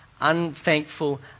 unthankful